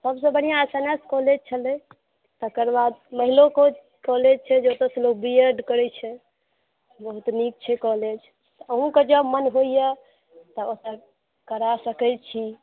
सभसे बढ़ियाँ S N S college छलै तकर बाद महिलो कॉलेज छै जतऽ से लोक बी एड करै छै बहुत नीक छै कॉलेज अहुँके जँ मन होइया तऽ अपन करा सकै छी